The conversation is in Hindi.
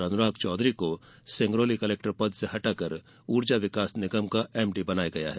अनुराग चौधरी को सिंगरौली कलेक्टर पद से हटाकर ऊर्जा विकास निगम का एमडी बनाया गया है